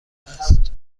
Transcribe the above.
است